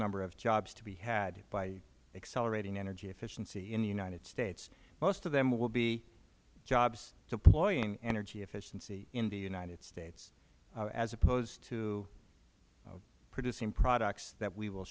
number of jobs to be had by accelerating energy efficiency in the united states most of them will be jobs deploying energy efficiency in the united states as opposed to producing products that we will